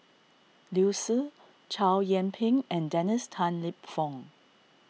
Liu Si Chow Yian Ping and Dennis Tan Lip Fong